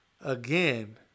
again